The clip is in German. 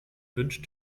wünsch